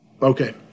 Okay